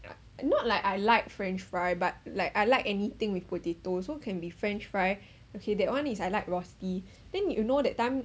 not like I like french fry but like I like anything with potato so can be french fry okay that one is I like rosti then you know that time